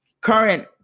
current